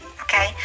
Okay